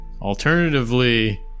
Alternatively